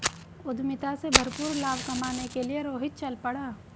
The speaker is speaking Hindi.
उद्यमिता से भरपूर लाभ कमाने के लिए रोहित चल पड़ा